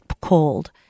COLD